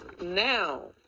Now